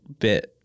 bit